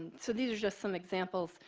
so these are just some examples.